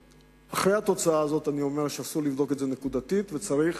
ואחרי התוצאה הזאת אני אומר שאסור לבדוק את זה נקודתית וצריך